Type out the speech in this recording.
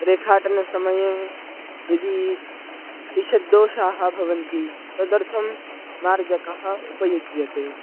रेखाटनसमये यदि ईषद्दोषाः भवन्ति तदर्थं मार्जकः उपयुज्यते